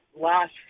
last